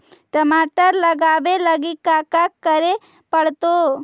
टमाटर लगावे लगी का का करये पड़तै?